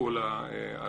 על